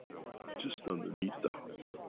just underneath the heart,